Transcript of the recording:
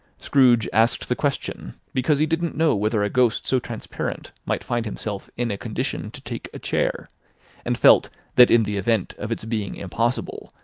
scrooge asked the question, because he didn't know whether a ghost so transparent might find himself in a condition to take a chair and felt that in the event of its being impossible,